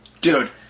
Dude